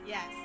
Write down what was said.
Yes